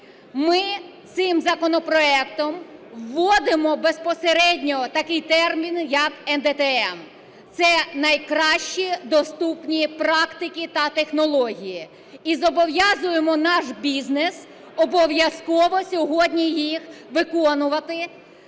Ми цим законопроектом вводимо безпосередньо такий термін як НДТМ – це найкращі доступні практики та технології, і зобов'язуємо наш бізнес обов'язково сьогодні їх виконувати.